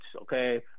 okay